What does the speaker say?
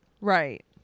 Right